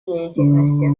деятельности